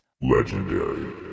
legendary